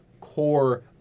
core